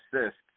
assists